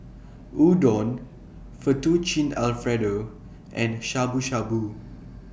Udon Fettuccine Alfredo and Shabu Shabu